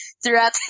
Throughout